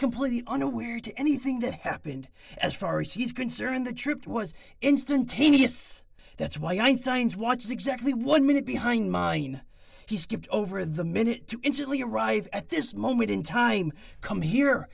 completely unaware to anything that happened as far as he's concerned the trip was instantaneous that's why i signs watch exactly one minute behind mine he skipped over the many to instantly arrive at this moment in time come here